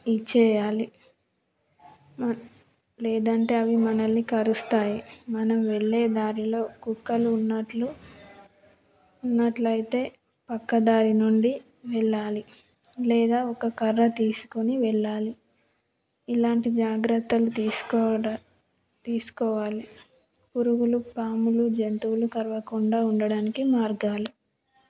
ఇచ్చేయాలి లేదంటే అవి మనల్ని కరుస్తాయి మనం వెళ్ళే దారిలో కుక్కలు ఉన్నట్లు ఉన్నట్లయితే పక్క దారి నుండి వెళ్ళాలి లేదా ఒక కర్ర తీసుకుని వెళ్ళాలి ఇలాంటి జాగ్రత్తలు తీసుకోవడ తీసుకోవాలి పురుగులు పాములు జంతువులు కరవకుండా ఉండడానికి మార్గాలు